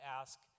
ask